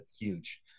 huge